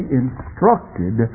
instructed